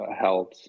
health